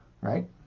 right